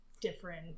different